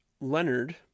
Leonard